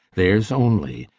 theirs only,